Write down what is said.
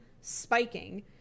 spiking